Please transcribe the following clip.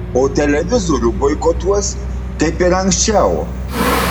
o televizorių boikotuos kaip ir anksčiau